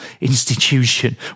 institution